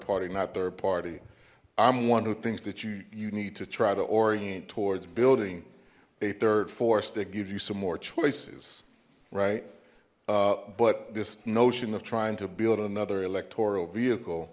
party not third party i'm one of the things that you you need to try to orient towards building a third force that gives you some more choices right but this notion of trying to build another electoral vehicle